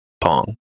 pong